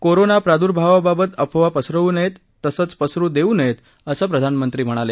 corona प्रादुर्भावाबाबत अफवा पसरवू नयेत तसंच पसरु देऊ नयेत असं प्रधानमंत्री म्हणाले